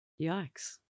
Yikes